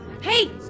Hey